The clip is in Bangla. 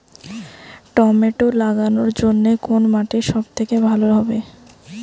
টমেটো লাগানোর জন্যে কোন মাটি সব থেকে ভালো হবে?